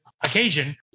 occasion